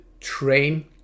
train